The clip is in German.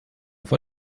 vor